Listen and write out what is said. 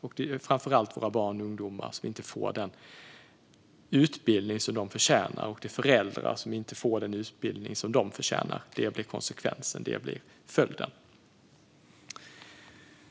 Det innebär att våra barn och ungdomar som inte får den utbildning som de förtjänar. Det blir konsekvensen. Herr talman!